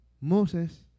Moses